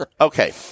Okay